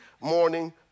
morning